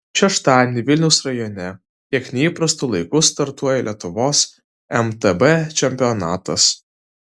šeštadienį vilniaus rajone kiek neįprastu laiku startuoja lietuvos mtb čempionatas